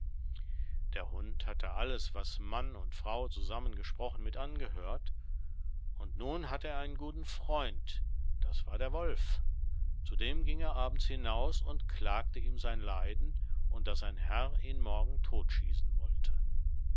der hund hatte alles was mann und frau zusammen gesprochen mit angehört nun hatte er einen guten freund das war der wolf zu dem ging er abends hinaus und klagte ihm sein leiden und daß sein herr ihn morgen todtschießen wolle